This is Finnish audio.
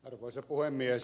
arvoisa puhemies